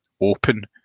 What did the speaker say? open